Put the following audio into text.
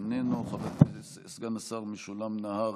איננו, סגן השר משולם נהרי,